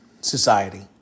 society